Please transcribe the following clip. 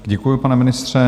Děkuji, pane ministře.